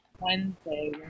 Wednesday